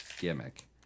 gimmick